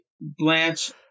Blanche